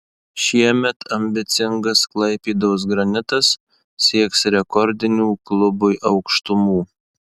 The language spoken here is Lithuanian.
šiemet ambicingas klaipėdos granitas sieks rekordinių klubui aukštumų